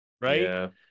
Right